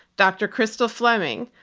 dr. crystal fleming,